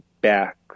back